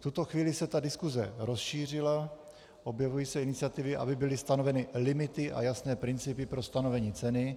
V tuto chvíli se diskuse rozšířila, objevily se iniciativy, aby byly stanoveny limity a jasné principy pro stanovení ceny.